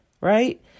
right